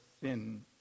sin